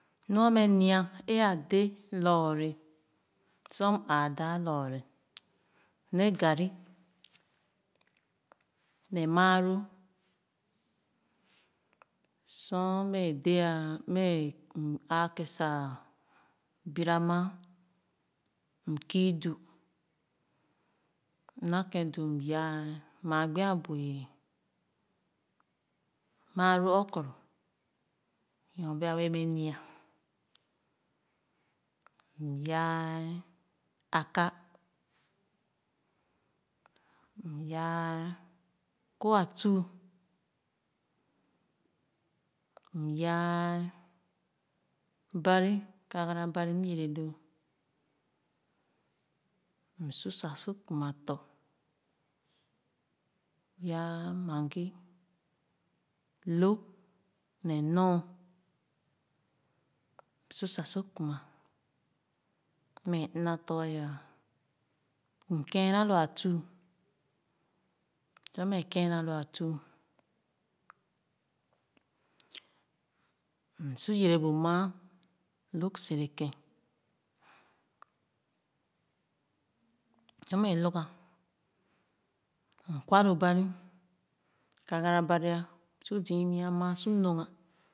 Nua mɛ m’a lo a dé lɔɔre sor m aa daa loo re le garri, ne maalo sor mɛ dé mɛ m aakeh sa bira maa m kii du m ina kén du m yaa maa gbo q bui maalo okoro nyorbee beé mɛ nia m yaa aka, m yaa kur a tuu m yaa bari kaga bari m yere loo m su sa sor kuma tɔ̄ yaa mangi lō ne nɔn m su sa su kima mɛ ina tɔ̄ aya m kèèna lo a tuu sur mɛ kēēna lo a tuu m su yere bu maa lōg sere ke’n su mɛ lōg ga m kwa loo bari ka’ga bari su zii imiimaa su lòg ga.